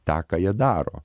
tą ką jie daro